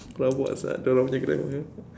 rabak sia dia orang punya grammar